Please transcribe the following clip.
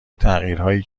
تغییرهایی